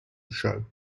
show